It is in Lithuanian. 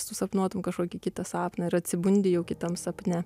susapnuotum kažkokį kitą sapną ir atsibundi jau kitam sapne